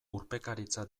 urpekaritza